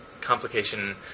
complication